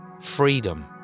freedom